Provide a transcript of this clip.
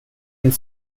and